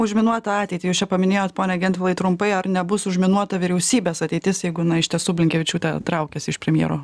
užminuotą ateitį jūs čia paminėjot pone gentvilai trumpai ar nebus užminuota vyriausybės ateitis jeigu iš tiesų blinkevičiūtė traukiasi iš premjero